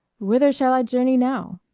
whither shall i journey now?